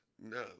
No